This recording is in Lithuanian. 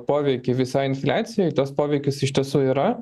poveikį visai infliacijai tas poveikis iš tiesų yra